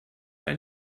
ein